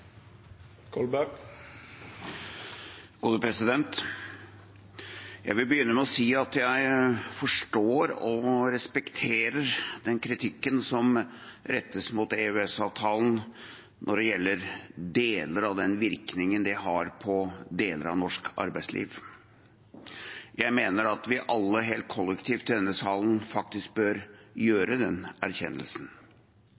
respekterer den kritikken som rettes mot EØS-avtalen når det gjelder deler av den virkningen den har på deler av norsk arbeidsliv. Jeg mener at vi alle helt kollektivt i denne salen faktisk bør